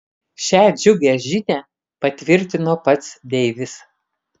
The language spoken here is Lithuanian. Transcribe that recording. šią džiugią žinią patvirtino pats deivis